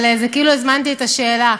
אבל זה כאילו הזמנתי את השאלה.